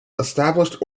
established